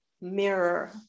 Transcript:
mirror